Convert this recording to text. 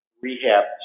rehab